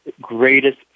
greatest